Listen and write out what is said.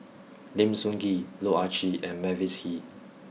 Lim Sun Gee Loh Ah Chee and Mavis Hee